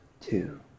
two